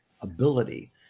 ability